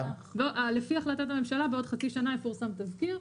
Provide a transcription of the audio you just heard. לפי החלטת הממשלה בעוד חצי שנה יפורסם תזכיר.